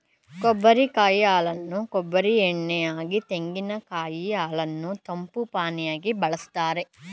ಕೊಬ್ಬರಿ ಕಾಯಿ ಹಾಲನ್ನು ಕೊಬ್ಬರಿ ಎಣ್ಣೆ ಯಾಗಿ, ತೆಂಗಿನಕಾಯಿ ಹಾಲನ್ನು ತಂಪು ಪಾನೀಯವಾಗಿ ಬಳ್ಸತ್ತರೆ